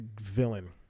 villain